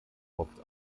hofft